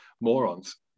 morons